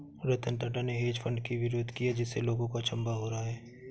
रतन टाटा ने hedge fund की विरोध किया जिससे लोगों को अचंभा हो रहा है